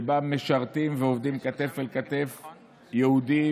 שבה משרתים ועובדים כתף אל כתף יהודים,